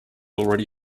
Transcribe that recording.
already